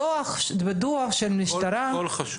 הכול חשוב.